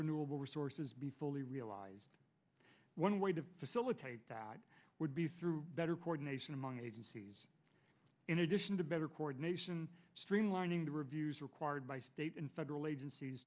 renewable resources be fully realized one way to facilitate dad would be through better coordination among agencies in addition to better coordination streamlining the reviews required by state and federal agencies